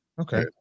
Okay